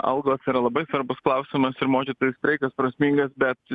algos yra labai svarbus klausimas ir mokytojų streikas prasmingas bet